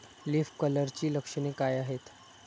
Leaf कर्लची लक्षणे काय आहेत?